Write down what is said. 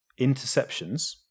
interceptions